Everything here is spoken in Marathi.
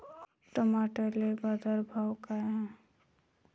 टमाट्याले बाजारभाव काय हाय?